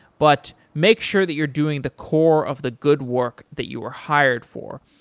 but make sure that you're doing the core of the good work that you are hired for.